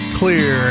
clear